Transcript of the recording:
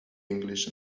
english